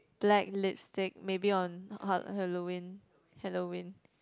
black lipstick maybe on Ha~ Halloween Halloween